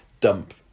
dump